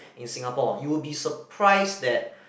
in Singapore you will be surprise that